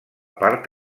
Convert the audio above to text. part